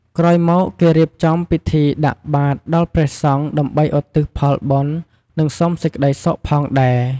ក្រោយមកគេរៀបចំពិធីដាក់បាត្រដល់ព្រះសង្ឃដើម្បីឧទ្ទិសផលបុណ្យនិងសុំសេចក្តីសុខផងដែរ។